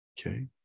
Okay